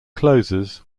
closes